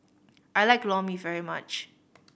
I like Lor Mee very much